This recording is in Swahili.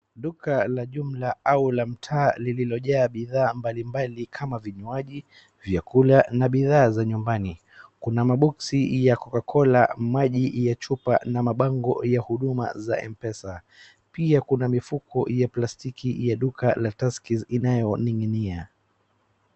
Duka la jumla au la mtaa lililojaa bidhaa mbalimbali kama vinywaji, vyakula na bidhaa za nyumbani. Kuna maboksi ya Cocacola, maji ya chupa na mabango ya huduma za Mpesa. Pia kuna mifuko ya plastiki ya duka ya Tuskys inayoning'inia.